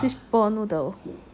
fishball noodle